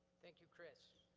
thank you, chris.